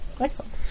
Excellent